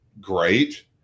great